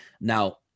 Now